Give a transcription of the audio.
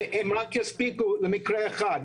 והם יספיקו רק למקרה אחד,